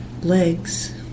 legs